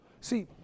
See